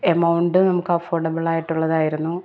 amount നമുക്ക് affordable ആയിട്ടുള്ളതായിരുന്നു